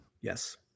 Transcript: Yes